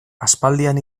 aspaldian